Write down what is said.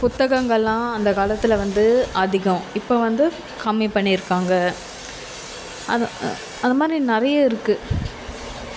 புத்தகங்களெல்லாம் அந்த காலத்தில் வந்து அதிகம் இப்போ வந்து கம்மி பண்ணி இருக்காங்க அது அது மாதிரி நிறைய இருக்குது